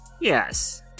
Yes